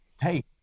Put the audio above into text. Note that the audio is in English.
Hey